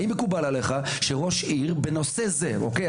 האם מקובל עליך שראש עיר בנושא זה אוקיי?